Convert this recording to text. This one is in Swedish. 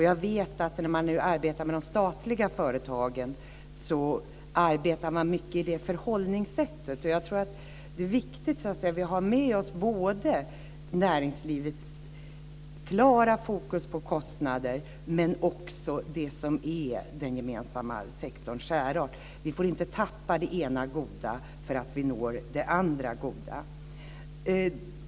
Jag vet också att man numera när man jobbar med de statliga företagen arbetar mycket med det förhållningssättet. Jag tror att det är viktigt att vi har med oss både näringslivets klara fokus på kostnader och det som är den gemensamma sektorns särart. Vi får inte tappa det ena goda för att nå det andra goda.